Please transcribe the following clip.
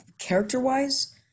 character-wise